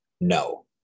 No